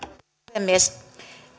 puhemies